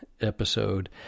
episode